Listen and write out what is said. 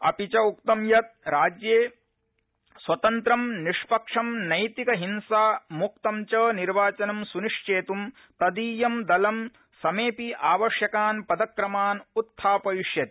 अपि च उक्तं यत् राज्ये स्वतंत्रं निष्पक्षं नैतिक हिंसामुक्तं च निर्वाचनं सुनिश्चेतृं तदीयं दलं समेपि आवश्यकान् पदक्रमान् उत्थापयिष्यति